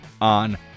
on